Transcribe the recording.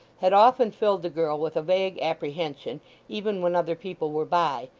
had often filled the girl with a vague apprehension even when other people were by,